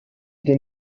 den